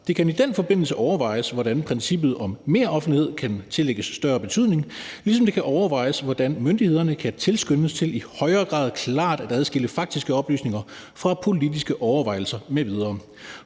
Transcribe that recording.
Det kan i den forbindelse overvejes, hvordan princippet om meroffentlighed kan tillægges større betydning, ligesom det kan overvejes, hvordan myndighederne kan tilskyndes til i højere grad klart at adskille faktiske oplysninger fra politiske overvejelser mv.